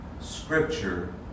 scripture